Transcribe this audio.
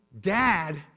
Dad